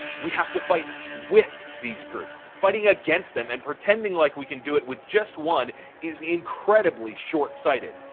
we have to fight with these groups. fighting against them and pretending like we can do it with just one is incredibly short sighted.